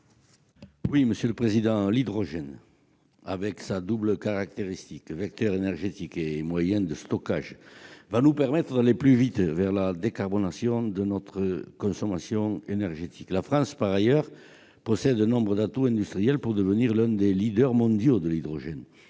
sur l'article. L'hydrogène, avec sa double caractéristique- vecteur énergétique et moyen de stockage -, nous permettra d'aller plus vite vers la décarbonation de notre consommation énergétique. La France possède nombre d'atouts industriels pour devenir l'un des leaders mondiaux de l'hydrogène.